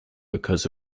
because